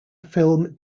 film